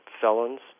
felons